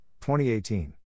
2018